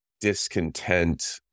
discontent